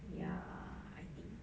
ya I think